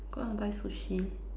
go out and buy Sushi